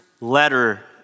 letter